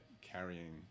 carrying